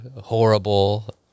horrible